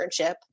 internship